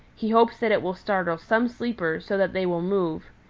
he hopes that it will startle some sleeper so that they will move.